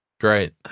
Great